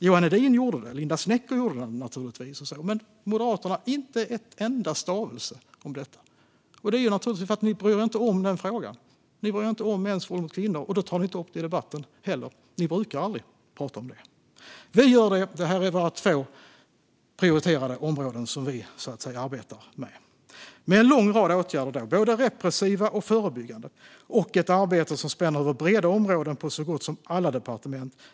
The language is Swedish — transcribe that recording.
Johan Hedin gjorde det, och Linda Snecker gjorde det givetvis. Men från Moderaterna kom inte en enda stavelse om detta. Det är naturligtvis för att ni inte bryr er om den frågan, Johan Forssell. Ni bryr er inte om mäns våld mot kvinnor, och därför tar ni inte upp det i debatten heller. Ni brukar aldrig prata om det. Vi gör det, och detta är bara två prioriterade områden som vi arbetar med. Vi har en lång rad åtgärder, både repressiva och förebyggande, och ett arbete som spänner över breda områden på så gott som alla departement.